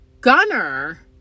Gunner